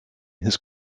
his